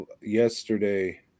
yesterday